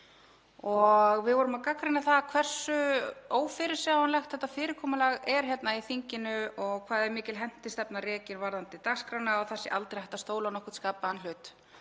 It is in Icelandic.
Við vorum að gagnrýna það hversu ófyrirsjáanlegt þetta fyrirkomulag er hérna í þinginu og hvað er mikil hentistefna rekin varðandi dagskrána, að það sé aldrei hægt að stóla á nokkurn skapaðan hlut.